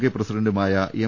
K പ്രസിഡന്റുമായ M